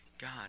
God